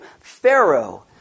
Pharaoh